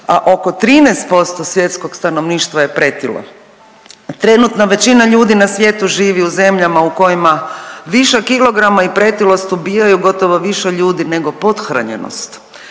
a oko 13% svjetskog stanovništva je pretilo. Trenutno većina ljudi na svijetu živi u zemljama u kojima višak kilograma i pretilost ubijaju gotovo više ljudi nego pothranjenost,